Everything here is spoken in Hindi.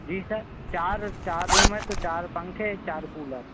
जी सर चार चार रूम तो चार पंखे चार कूलर हैं